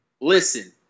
Listen